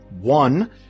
One